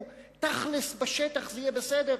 תכל'ס בשטח יהיה בסדר.